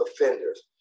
offenders